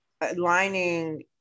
aligning